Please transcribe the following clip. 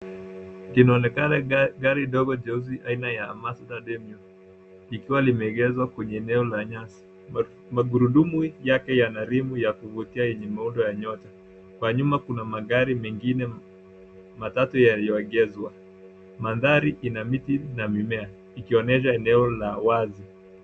Inaonekana gari dogo jeusi aina ya Mazda Demio likiwa limeegeshwa kwenye eneo la nyasi. Magurudumu yake yana rimu ya kuvutia yenye muundo wa nyota. Kwa nyuma kuna magari mengine matatu yaliyoegeshwa. Mandhari ina miti na mimea ikionyesha eneo la wazi.